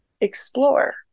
explore